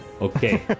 okay